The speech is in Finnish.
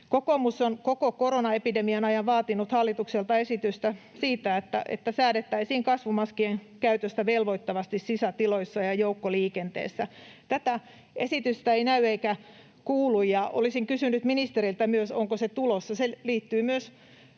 Kokoomus on koko koronaepidemian ajan vaatinut hallitukselta esitystä siitä, että säädettäisiin kasvomaskien käytöstä velvoittavasti sisätiloissa ja joukkoliikenteessä. Tätä esitystä ei näy eikä kuulu, ja olisin kysynyt ministeriltä myös, onko se tulossa.